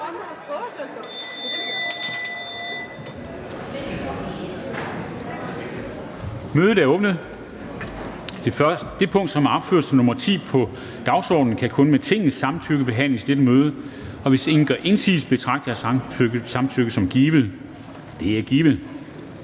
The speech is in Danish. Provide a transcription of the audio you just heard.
Kristensen): Det punkt, som er opført som nr. 10 på dagsordenen, kan kun med Tingets samtykke behandles i dette møde. Hvis ingen gør indsigelse, betragter jeg samtykket som givet. Det er givet.